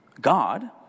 God